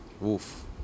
Wolf